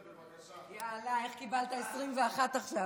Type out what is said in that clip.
יא אללה, איך קיבלת 21 עכשיו.